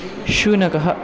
शुनकः